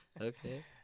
Okay